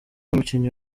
umukinnyi